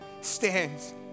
stands